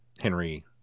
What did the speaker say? Henry